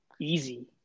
easy